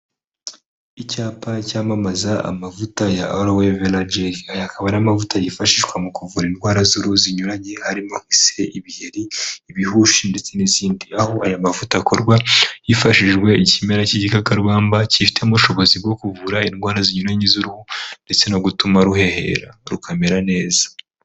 Icyapa cyamamaza amavuta ya Alowe Vela Geri. Aya akaba ari amavuta yifashishwa mu kuvura indwara z'uruhu zinyuranye harimo ise, ibiheri, ibihushi ndetse n'izindi. Aho aya mavuta akorwa hifashishijwe ikimera cy'igikakarubamba cyifitemo ubushobozi bwo kuvura indwara zinyuranye z'uruhu, ndetse no gutuma ruhehera rukamera neza.